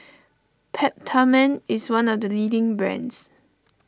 Peptamen is one of the leading brands